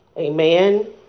Amen